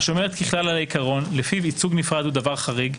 השומרת ככלל על העיקרון לפיו ייצוג נפרד הוא דבר חריג,